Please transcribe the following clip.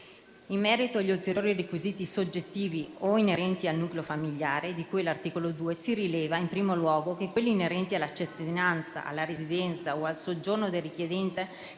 In merito agli ulteriori requisiti soggettivi o inerenti al nucleo familiare, di cui all'articolo 2, si rileva in primo luogo che quelli inerenti alla cittadinanza, alla residenza o al soggiorno del richiedente